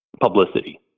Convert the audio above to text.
publicity